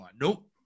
nope